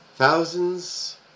thousands